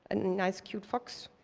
and nice, cute fox.